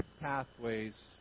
pathways